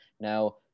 Now